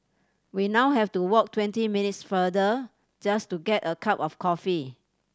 we now have to walk twenty minutes farther just to get a cup of coffee